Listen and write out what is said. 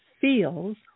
feels